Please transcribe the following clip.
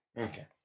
Okay